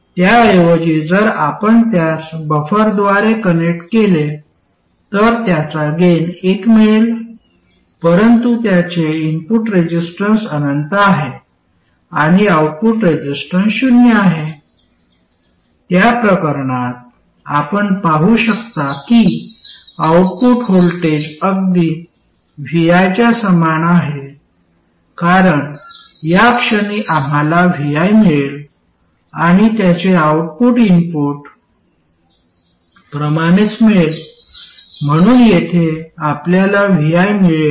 त्याऐवजी जर आपण त्यास बफरद्वारे कनेक्ट केले तर त्याचा गेन एक मिळेल परंतु त्याचे इनपुट रेसिस्टन्स अनंत आहे आणि आउटपुट रेसिस्टन्स शून्य आहे त्या प्रकरणात आपण पाहू शकता की आउटपुट व्होल्टेज अगदी Vi च्या समान आहे कारण या क्षणी आम्हाला Vi मिळेल आणि त्याचे आउटपुट इनपुट प्रमाणेच मिळेल म्हणून येथे आपल्याला Vi मिळेल